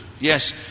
Yes